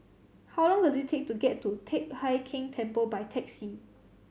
how long does it take to get to Teck Hai Keng Temple by taxi